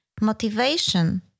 motivation